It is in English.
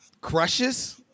Crushes